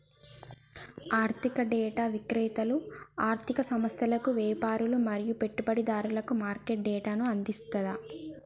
ఆర్థిక డేటా విక్రేతలు ఆర్ధిక సంస్థలకు, వ్యాపారులు మరియు పెట్టుబడిదారులకు మార్కెట్ డేటాను అందిస్తది